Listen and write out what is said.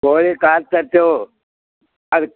ಕೋಳಿ ಕಾಲು ತರ್ತೇವು ಅದು